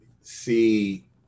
see